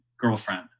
girlfriend